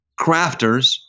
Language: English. crafters